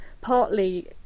partly